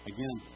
Again